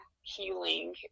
healing